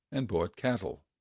and bought cattle.